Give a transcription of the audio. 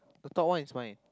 the top one is mine